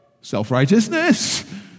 Self-righteousness